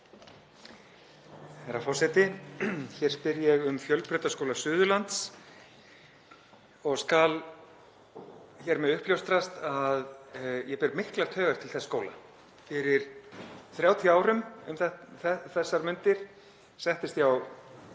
Herra forseti. Hér spyr ég um Fjölbrautaskóla Suðurlands og skal hér með uppljóstrast að ég ber miklar taugar til þess skóla. Fyrir 30 árum, um þessar mundir, settist ég á